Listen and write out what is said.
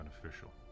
beneficial